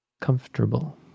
Comfortable